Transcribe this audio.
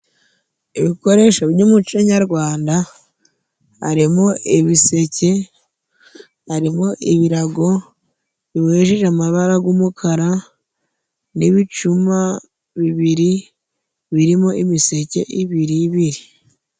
Ibikoresho by'umuco nyarwanda harimo ibiseke, harimo ibirago bibohesheje amabara g'umukara n'ibicuma bibiri birimo imiseke ibiri ibiri.